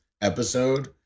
episode